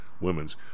women's